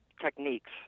techniques